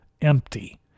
empty